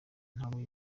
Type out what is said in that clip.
ntawe